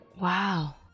wow